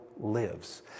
lives